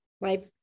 life